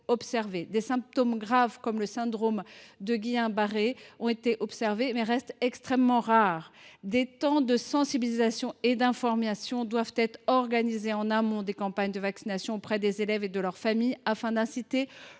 observés. Si des symptômes graves, comme le syndrome de Guillain Barré, ont pu être signalés, ils restent extrêmement rares. Des temps de sensibilisation et d’information doivent être organisés en amont des campagnes de vaccination auprès des élèves et de leurs familles, afin d’inciter